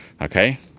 Okay